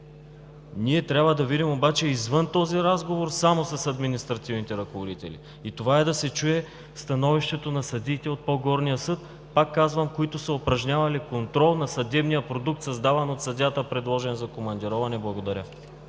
Ние трябва да видим обаче извън този разговор само с административните ръководители и това е – да се чуе становището на съдиите от по-горния съд, пак казвам, които са упражнявали контрол на съдебния продукт, създаван от съдията, предложен за командироване. Благодаря